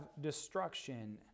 destruction